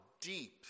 deep